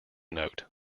note